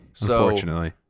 unfortunately